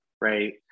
right